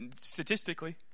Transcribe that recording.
statistically